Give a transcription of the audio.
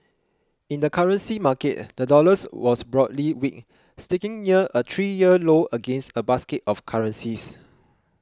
in the currency market the dollar was broadly weak sticking near a three year low against a basket of currencies